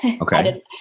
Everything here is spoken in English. Okay